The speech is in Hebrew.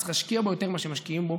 שצריך להשקיע בו יותר ממה שמשקיעים בו